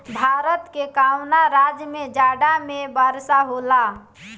भारत के कवना राज्य में जाड़ा में वर्षा होला?